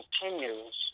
continues